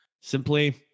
Simply